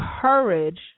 courage